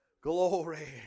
glory